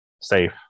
safe